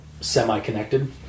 semi-connected